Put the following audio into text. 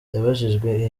yabajijwe